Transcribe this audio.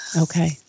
Okay